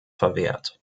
verwehrt